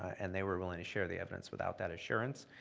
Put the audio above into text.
and they were willing to share the evidence without that assurance.